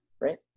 right